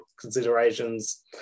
considerations